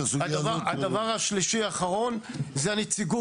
הדבר השלישי, האחרון, הוא הנציגות.